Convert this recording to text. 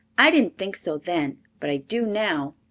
i didn't think so then, but i do now.